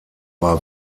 war